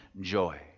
joy